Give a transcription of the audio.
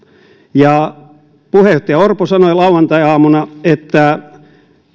puheenjohtaja orpo sanoi lauantaiaamuna että